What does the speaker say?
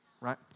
right